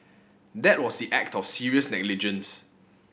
that was the act of serious negligence